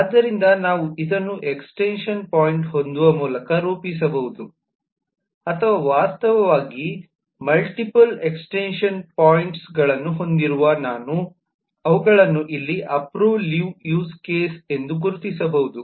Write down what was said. ಆದ್ದರಿಂದ ನಾವು ಇದನ್ನು ಎಕ್ಸ್ಟೆನ್ಶನ್ ಪಾಯಿಂಟ್ ಹೊಂದುವ ಮೂಲಕ ರೂಪಿಸಬಹುದು ಅಥವಾ ವಾಸ್ತವವಾಗಿ ಮಲ್ಟಿಪಲ್ ಎಕ್ಸ್ಟೆನ್ಶನ್ ಪಾಯಿಂಟ್ಸ್ಗಳನ್ನು ಹೊಂದಿರುವ ನಾನು ಅವುಗಳನ್ನು ಇಲ್ಲಿ ಅಪ್ಪ್ರೋವೆ ಲೀವ್ ಯೂಸ್ ಕೇಸ್ ಎಂದು ಗುರುತಿಸಿರಬೇಕು